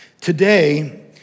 Today